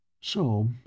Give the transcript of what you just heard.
So